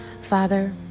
Father